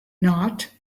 not